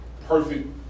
perfect